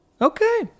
Okay